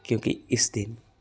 ਕਿਉਂਕਿ ਇਸ ਦਿਨ